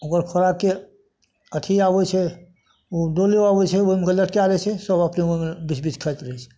ओकर खोराकके अथी आबैत छै ओ डोले अबैत छै ओहिमे कऽ लटकाए दै छै सब अपने मोने बिछ बिछ खाइत रहैत छै